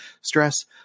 stress